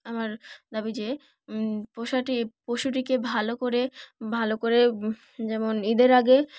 আমার দাবি যে পোষাটি পশুটিকে ভালো করে ভালো করে যেমন ঈদের আগে